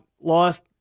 lost